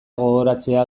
gogoratzea